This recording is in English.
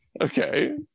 Okay